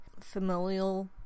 familial